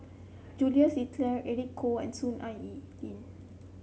Jules Itier Eric Khoo and Soon Ai Ee Ling